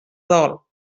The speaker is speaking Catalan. dol